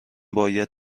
باید